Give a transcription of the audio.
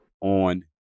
on